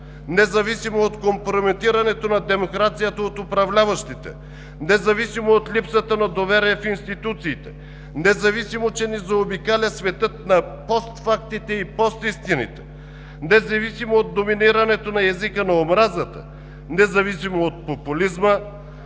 независимо от компрометирането на демокрацията от управляващите, независимо от липсата на доверие в институциите, независимо че ни заобикаля светът на постфактите и постистините, независимо от доминирането на езика на омразата, независимо от популизма,